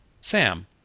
Sam